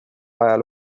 ajal